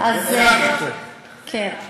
תחזיר לה.